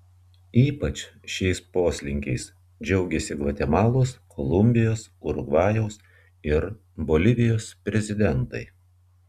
ypač šiais poslinkiais džiaugiasi gvatemalos kolumbijos urugvajaus ir bolivijos prezidentai